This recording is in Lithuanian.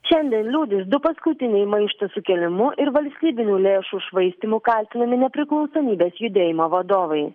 šiandien liūdys du paskutiniai maišto sukėlimu ir valstybinių lėšų švaistymu kaltinami nepriklausomybės judėjimo vadovai